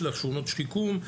יש לה שכונות שיקום,